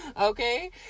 Okay